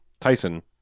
tyson